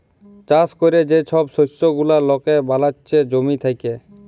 চাষ ক্যরে যে ছব শস্য গুলা লকে বালাচ্ছে জমি থ্যাকে